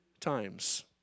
times